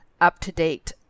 up-to-date